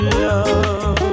love